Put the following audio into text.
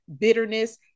bitterness